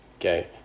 okay